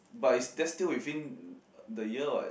but it's that's still within the year what